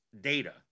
data